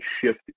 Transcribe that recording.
shift